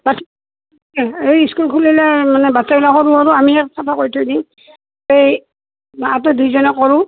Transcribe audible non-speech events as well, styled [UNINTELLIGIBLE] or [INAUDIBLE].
[UNINTELLIGIBLE] এই স্কুল খুলিলে মানে [UNINTELLIGIBLE] আৰু আমি [UNINTELLIGIBLE] থৈ দিম এই [UNINTELLIGIBLE] দুইজনে কৰোঁ